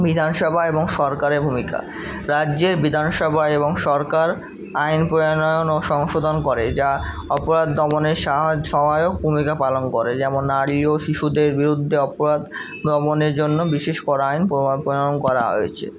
বিধানসভা এবং সরকারের ভূমিকা রাজ্যের বিধানসভা এবং সরকার আইন প্রণয়ন ও সংশোধন করে যা অপরাধ দমনে সাহায্ সহায়ক ভূমিকা পালন করে যেমন নারী ও শিশুদের বিরুদ্ধে অপরাধ দমনের জন্য বিশেষ পরায়ণ করা হয়েছে